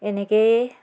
এনেকৈয়ে